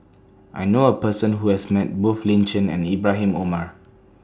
I know A Person Who has Met Both Lin Chen and Ibrahim Omar